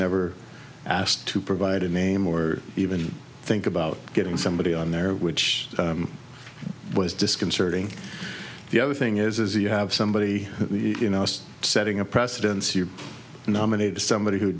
never asked to provide a name or even think about getting somebody on there which was disconcerting the other thing is you have somebody you know setting a precedent so you nominate somebody who